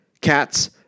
cats